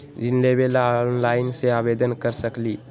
ऋण लेवे ला ऑनलाइन से आवेदन कर सकली?